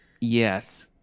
Yes